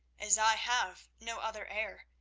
as i have no other heir,